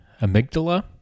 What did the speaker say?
amygdala